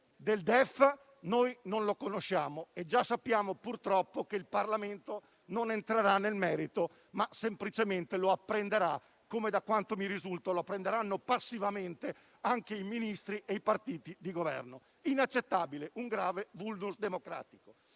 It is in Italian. del DEF, ma noi non lo conosciamo. Già sappiamo, purtroppo, che il Parlamento non entrerà nel merito, ma semplicemente lo apprenderà, così come, da quanto mi risulta, lo apprenderanno passivamente anche i Ministri e i partiti di Governo. È inaccettabile, un grave *vulnus* democratico.